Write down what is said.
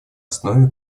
основе